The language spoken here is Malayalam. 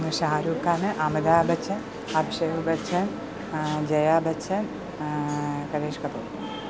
ഷാരൂഖാൻ അമിതാബച്ചൻ അഭിഷേക് ബച്ചൻ ജയാ ബച്ചൻ കരിഷ്മ കപൂർ